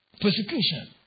Persecution